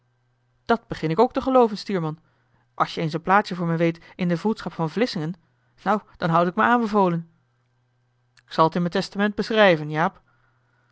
dat begin ik ook te gelooven stuurman als je eens een plaatsje voor me weet in de vroedschap van vlissingen nou dan houd ik me aanbevolen k zal t in m'n testament beschrijven jaap